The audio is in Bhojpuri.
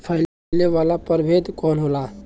फैले वाला प्रभेद कौन होला?